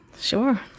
Sure